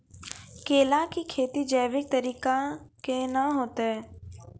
केला की खेती जैविक तरीका के ना होते?